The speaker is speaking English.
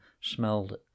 smelled